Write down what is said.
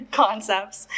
concepts